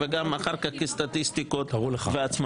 וגם אחר כך כסטטיסטיקות והצמדות.